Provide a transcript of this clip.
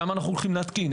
כמה אנו הולכים להתקין?